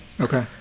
Okay